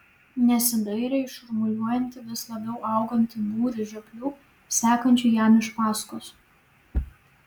nesidairė į šurmuliuojantį vis labiau augantį būrį žioplių sekančių jam iš paskos